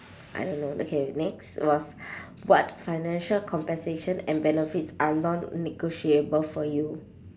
I don't know okay next was what financial compensation and benefits are non-negotiable for you